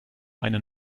eine